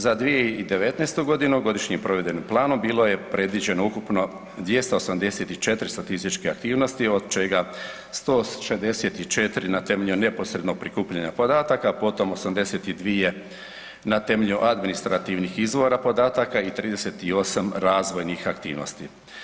Za 2019. godinu godišnjim provedbenim planom bilo je predviđeno ukupno 284 statističke aktivnosti od čega 164 na temelju neposrednog prikupljanja podataka potom 82 na temelju administrativnih izvora podataka i 38 razvojnih aktivnosti.